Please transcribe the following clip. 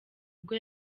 ubwo